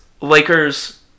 Lakers